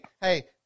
Hey